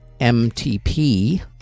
MTP